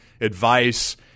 advice